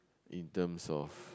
in terms of